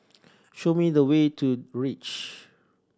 show me the way to Reach